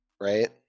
right